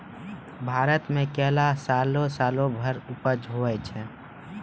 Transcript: भारत मे केला सालो सालो भर उपज होय छै